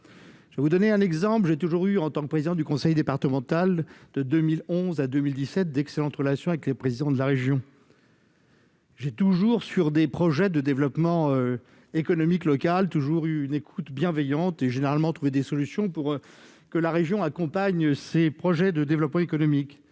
spécificités territoriales. J'ai toujours eu, en tant que président du conseil départemental de 2011 à 2017, d'excellentes relations avec les différents présidents de région. Sur des projets de développement économique local, j'ai toujours eu une écoute bienveillante et généralement trouvé des solutions pour que la région accompagne ses projets de développement économique.